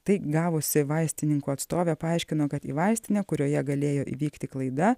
tai gavusi vaistininkų atstovė paaiškino kad į vaistinę kurioje galėjo įvykti klaida